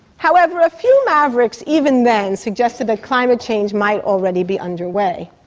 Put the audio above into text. however, a few mavericks even then suggested that climate change might already be underway.